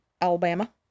Alabama